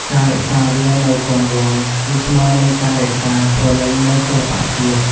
ការរក្សាវានៅគង់វង្ស គឺស្មើនឹងការរក្សាព្រលឹងនៃសិល្បៈជាតិ។